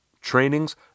trainings